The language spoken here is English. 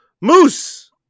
Moose